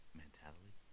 mentality